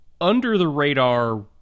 under-the-radar